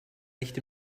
nicht